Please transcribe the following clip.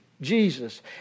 Jesus